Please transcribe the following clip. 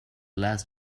last